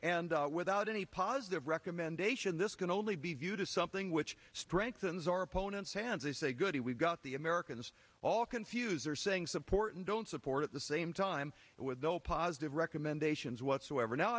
and without any positive recommendation this can only be viewed as something which strengthens our opponents hands i say good we've got the americans all confuse are saying support and don't support at the same time with no positive recommendations whatsoever now